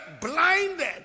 blinded